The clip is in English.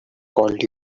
called